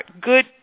good